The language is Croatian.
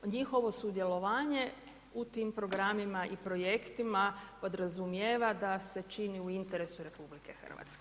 Njihovo sudjelovanje u tim programima i projektima podrazumijeva da se čini u interesu RH.